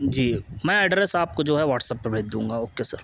جی میں ایڈریس آپ کو جو ہے واٹسپ پہ بھیج دوں گا اوکے سر